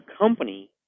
company